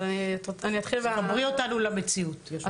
חברי אותנו למציאות.